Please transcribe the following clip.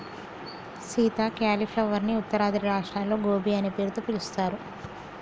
Sita cauliflower ని ఉత్తరాది రాష్ట్రాల్లో గోబీ అనే పేరుతో పిలుస్తారు